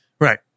Right